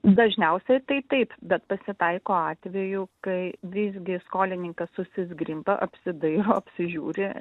dažniausiai tai taip bet pasitaiko atvejų kai visgi skolininkas susizgrimba apsidairo apsižiūri